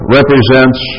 represents